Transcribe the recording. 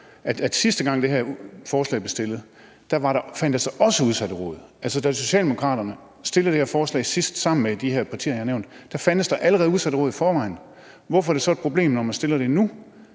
at sidste gang det her forslag blev fremsat, fandtes der også udsatteråd; altså, da Socialdemokraterne fremsatte det her forslag sidst sammen med de her partier, jeg har nævnt, fandtes der allerede udsatteråd i forvejen. Hvorfor er det så et problem, når man fremsætter det nu,